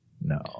No